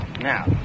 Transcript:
Now